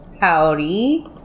howdy